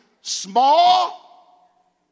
small